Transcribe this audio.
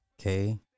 okay